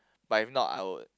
but if not I would